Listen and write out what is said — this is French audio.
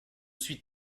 suis